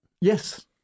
Yes